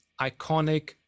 iconic